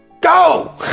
Go